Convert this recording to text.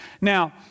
Now